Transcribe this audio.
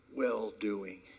well-doing